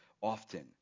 often